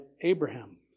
Abraham